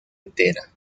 entera